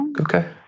Okay